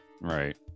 Right